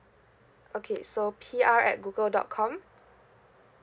okay so P R at Google dot com